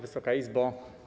Wysoka Izbo!